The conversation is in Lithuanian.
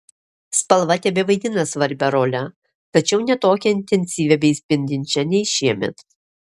spalva tebevaidina svarbią rolę tačiau ne tokią intensyvią bei spindinčią nei šiemet